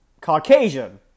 Caucasian